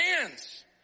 hands